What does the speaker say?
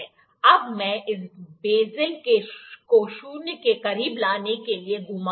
अब मैं इस बेज़ल को शून्य के करीब लाने के लिए घुमाऊंगा